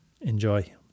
Enjoy